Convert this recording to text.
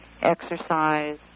exercise